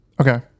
Okay